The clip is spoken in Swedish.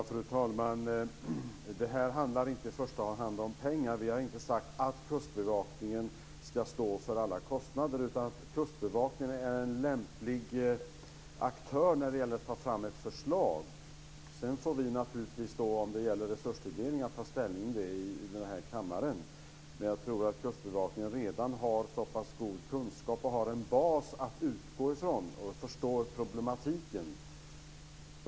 Fru talman! Det här handlar inte i första hand om pengar. Vi har inte sagt att Kustbevakningen ska stå för alla kostnader. Kustbevakningen är en lämplig aktör när det gäller att ta fram ett förslag. Sedan får vi naturligtvis, om det gäller resurstilldelning, ta ställning till detta i den här kammaren. Men jag tror att Kustbevakningen redan har god kunskap, har en bas att utgå från och förstår problematiken.